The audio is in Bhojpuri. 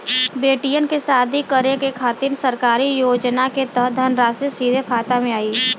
बेटियन के शादी करे के खातिर सरकारी योजना के तहत धनराशि सीधे खाता मे आई?